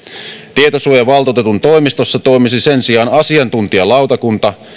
tietosuojavaltuutetun toimistossa toimisi sen sijaan asiantuntijalautakunta